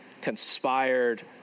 conspired